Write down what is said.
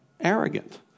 arrogant